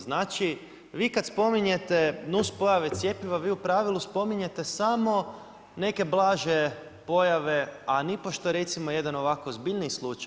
Znači vi kad spominjete nuspojave cjepiva, vi u pravilu spominjete samo neke blaže pojave, a nipošto recimo jedan ovako ozbiljniji slučaj.